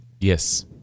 Yes